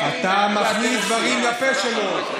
אתה מכניס דברים לפה שלו.